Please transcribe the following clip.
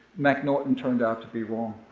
mcnaughton turned out to be wrong.